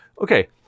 okay